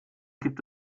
gibt